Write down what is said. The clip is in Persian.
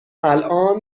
الآن